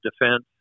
Defense